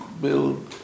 build